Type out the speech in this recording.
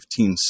15